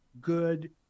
good